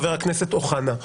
חבר הכנסת אוחנה,